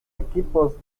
equipos